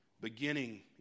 beginning